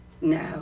No